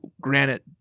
Granite